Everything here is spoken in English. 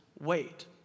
wait